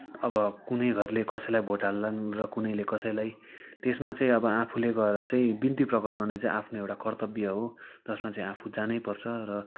अब कुनै घरले कसैलाई भोट हाल्लान र कुनैले कसैलाई त्यसमा चाहिँ अब आफूले गएर चाहिँ बिन्ती प्रकट गर्ने चाहिँ आफ्नो एउटा कर्तव्य हो जसमा चाहिँ आफू जानैपर्छ र